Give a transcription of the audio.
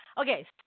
Okay